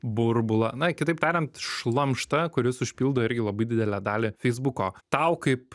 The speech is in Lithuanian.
burbulą na kitaip tariant šlamštą kuris užpildo irgi labai didelę dalį feisbuko tau kaip